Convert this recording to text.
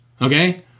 Okay